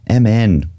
MN